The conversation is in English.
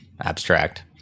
abstract